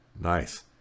nice